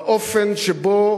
באופן שבו